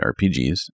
rpgs